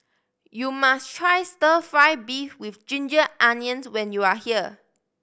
you must try Stir Fry beef with ginger onions when you are here